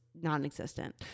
non-existent